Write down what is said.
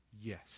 yes